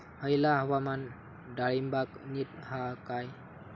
हयला हवामान डाळींबाक नीट हा काय?